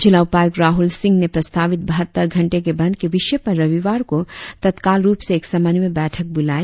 जिला उपायुक्त राहुल सिंह ने प्रस्तावित बहत्तर घंटे के बंद के विषय पर रविवार को तत्काल रुप से एक समन्वय बैठक बुलाई